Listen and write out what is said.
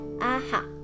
Aha